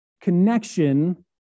connection